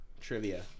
Trivia